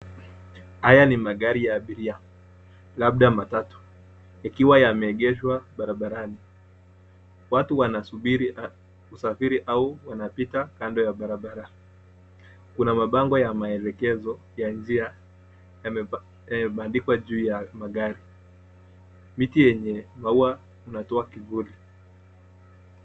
Haya ni magari ya abiria, labda matatu, yakiwa yameegeshwa barabarani. Watu wanasubiri kusafiri au wanapita kando ya barabara. Kuna mabango ya maelekezo ya njia, yamebandikwa juu ya magari. Miti yenye maua inatoa kivuli.